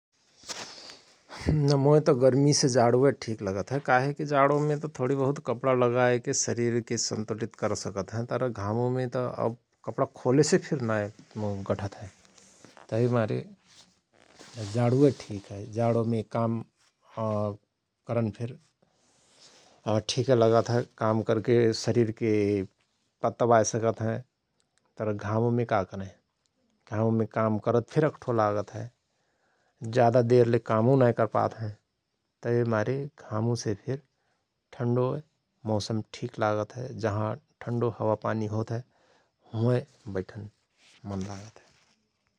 मोयत गर्मीसे जाणोय ठिक लगत हय । काहेकि जाणोमेत कपणा उपणा लगाएके फिर शरीरके सन्तुलित करसकत हयं । तर घामुमे त कपणा खोलेसे फिर नाय गठत हय । तहि मारे जाणुअय ठिक हय जाणोमे काम करन फिर ठिकए लगत हय । काम करके शरीरके तत्तबाय सकत हयं तर घामुमे का करयं घामुमे काम करत फिर अक्ठो लागत हय । जाधा देरले कामउ ना कर पात हयं । तहिमारे घामुसे फिर ठन्डुअय मौसम ठिक लागत हय । जहाँ ठन्डो हावापानी होत हय हुअय बैठन मन लागत हय ।